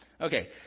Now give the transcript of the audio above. Okay